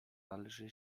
należy